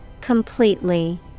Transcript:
Completely